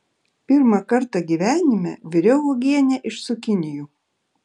pirmą kartą gyvenime viriau uogienę iš cukinijų